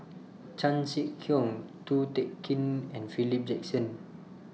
Chan Sek Keong Ko Teck Kin and Philip Jackson